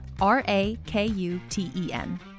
R-A-K-U-T-E-N